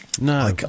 no